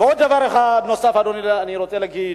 ועוד דבר אחד נוסף אני רוצה להגיד: